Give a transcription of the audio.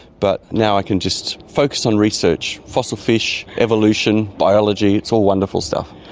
but now i can just focus on research fossil fish, evolution, biology, it's all wonderful stuff.